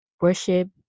worship